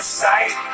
sight